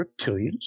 reptilians